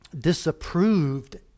disapproved